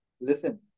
Listen